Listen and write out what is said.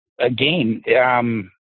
Again